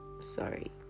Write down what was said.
sorry